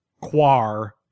Quar